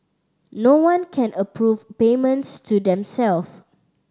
no one can approve payments to themself